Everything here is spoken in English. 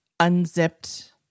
unzipped